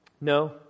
No